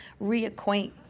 reacquaint